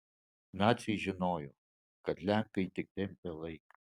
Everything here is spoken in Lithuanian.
naciai žinojo kad lenkai tik tempia laiką